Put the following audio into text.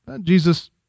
Jesus